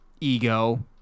ego